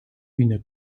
une